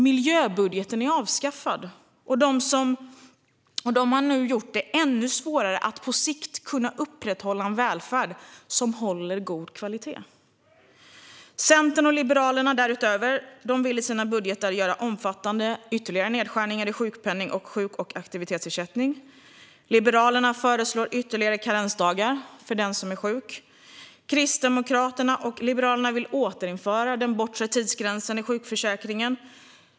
Miljöbudgeten är avskaffad, och man har gjort det ännu svårare att på sikt upprätthålla en välfärd som håller god kvalitet. Därutöver vill Centern och Liberalerna i sina budgetförslag göra ytterligare omfattande nedskärningar på sjukpenningen och sjuk och aktivitetsersättningen. Liberalerna föreslår ytterligare karensdagar för den som är sjuk. Kristdemokraterna och Liberalerna vill återinföra den bortre tidsgränsen i sjukförsäkringen.